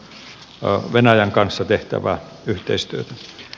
se on venäjän kanssa tehtävää yhteistyötä